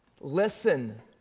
Listen